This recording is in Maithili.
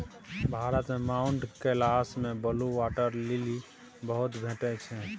भारत मे माउंट कैलाश मे ब्लु बाटर लिली बहुत भेटै छै